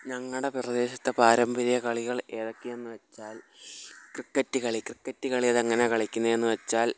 ഞങ്ങളുടെ പ്രദേശത്തെ പാരമ്പര്യ കളികൾ ഏതൊക്കെയെന്ന് വെച്ചാൽ ക്രിക്കറ്റ് കളി ക്രിക്കറ്റ് കളി അത് എങ്ങനെയാണ് കളിക്കുന്നതെന്ന് വെച്ചാൽ